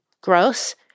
gross